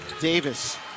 Davis